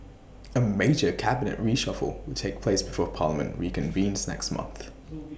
A major cabinet reshuffle will take place before parliament reconvenes next month